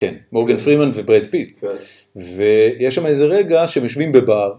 כן, מורגן פרימן וברד פיט, ויש שם איזה רגע שהם יושבים בבר.